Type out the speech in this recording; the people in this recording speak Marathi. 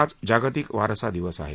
आज जागतिक वारसा दिवस आहे